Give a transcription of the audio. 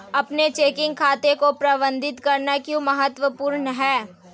अपने चेकिंग खाते को प्रबंधित करना क्यों महत्वपूर्ण है?